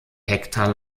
hektar